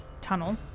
tunnel